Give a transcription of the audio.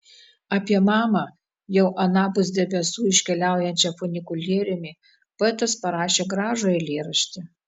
apie mamą jau anapus debesų iškeliaujančią funikulieriumi poetas parašė gražų eilėraštį